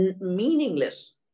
meaningless